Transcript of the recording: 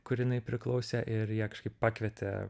kur jinai priklausė ir jie kažkaip pakvietė